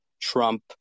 Trump